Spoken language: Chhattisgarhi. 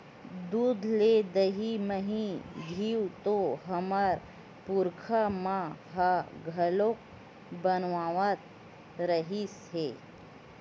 दूद ले दही, मही, घींव तो हमर पुरखा मन ह घलोक बनावत रिहिस हे